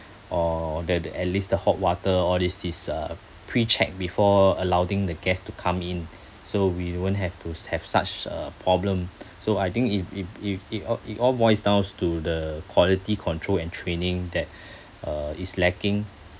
or that at least the hot water all this this uh prechecked before allowing the guests to come in so we won't have to have such a problem so I think if if if it all it all boils downs to the quality control and training that uh is lacking